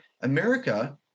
America